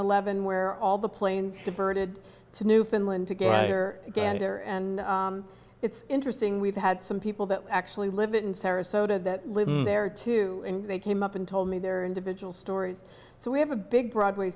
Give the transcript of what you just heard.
dollars where all the planes diverted to newfoundland to get or gander and it's interesting we've had some people that actually live in sarasota that live there too and they came up and told me their individual stories so we have a big broadway